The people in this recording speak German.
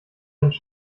deinen